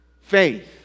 Faith